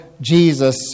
Jesus